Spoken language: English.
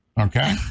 okay